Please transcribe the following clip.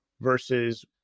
versus